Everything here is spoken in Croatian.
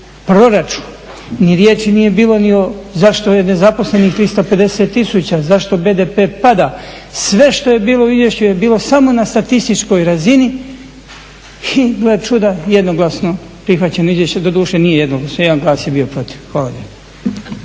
proračun. Ni riječi nije bilo ni o zašto je nezaposlenih 350 000, zašto BDP pada. Sve što je bilo u izvješću je bilo samo na statističkoj razini i gle čuda jednoglasno prihvaćeno izvješće, doduše nije jednoglasno, jedan glas je bio protiv. Hvala